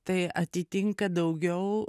tai atitinka daugiau